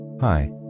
Hi